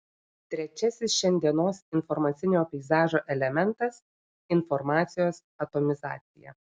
trečiasis šiandienos informacinio peizažo elementas informacijos atomizacija